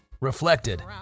reflected